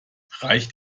reicht